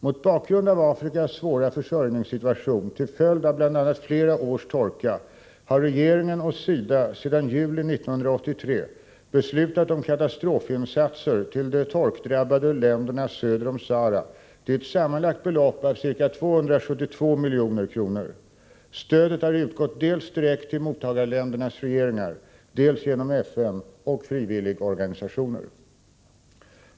Mot bakgrund av Afrikas svåra försörjningssituation till följd av bl.a. flera års torka har regeringen och SIDA sedan juli 1983 beslutat om katastrofinsatser till de torkdrabbade länderna söder om Sahara till ett sammanlagt belopp av ca 272 milj.kr. Stödet har utgått dels direkt till mottagarländernas regeringar, dels genom FN och frivilligorganisationer.